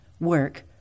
work